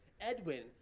Edwin